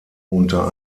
unter